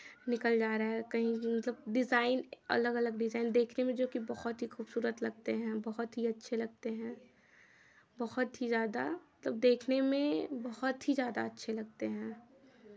निकल जा रहा है कहीं मतलब डिज़ाइन अलग अलग डिज़ाइन देखने में जो कि बहुत ही खूबसूरत लगते हैं बहुत ही अच्छे लगते हैं बहुत ही ज़्यादा मतलब देखने में बहुत ही ज़्यादा अच्छे लगते हैं